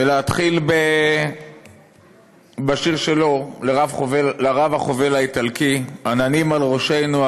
ולהתחיל בשיר שלו לרב החובל האיטלקי: "עננים על ראשנו.